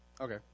Okay